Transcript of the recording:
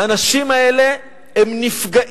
והאנשים האלה נפגעים,